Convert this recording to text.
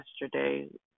yesterday